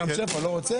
רם שפע לא רוצה?